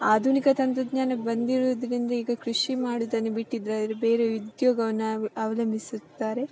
ಆಧುನಿಕ ತಂತ್ರಜ್ಞಾನ ಬಂದಿರುವುದ್ರಿಂದ ಈಗ ಕೃಷಿ ಮಾಡುವುದನ್ನು ಬಿಟ್ಟಿದ್ದಾರೆ ಬೇರೆ ಉದ್ಯೋಗವನ್ನ ಅವ್ ಅವಲಂಬಿಸುತ್ತಾರೆ